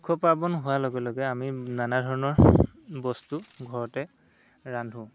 উৎসৱ পাৰ্বণ হোৱাৰ লগে লগে আমি নানা ধৰণৰ বস্তু ঘৰতে ৰান্ধোঁ